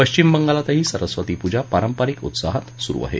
पश्चिम बंगालातही सरस्वती पूजा पारंपारिक उत्साहात सुरु आहे